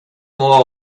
more